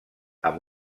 amb